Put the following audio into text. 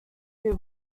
two